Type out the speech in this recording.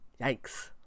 Yikes